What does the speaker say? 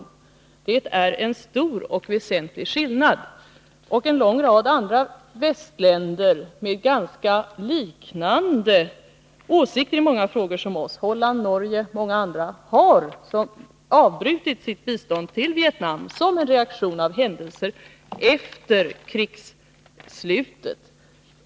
Här finns det en stor och väsentlig skillnad. En lång rad andra västländer — det gäller Holland, Norge och många andra — har avbrutit sitt bistånd till Vietnam som en reaktion på händelser efter krigsslutet.